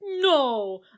no